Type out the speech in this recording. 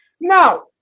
Now